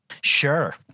Sure